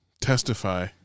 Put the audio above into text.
testify